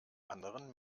anderen